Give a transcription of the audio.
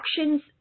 actions